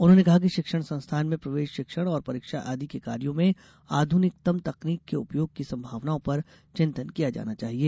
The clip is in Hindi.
उन्होंने कहा कि शिक्षण संस्थान में प्रवेश शिक्षण और परीक्षा आदि के कार्यों में आध्रनिकतम तकनीक के उपयोग की सम्भावनाओं पर चिंतन किया जाना चाहिए